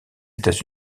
états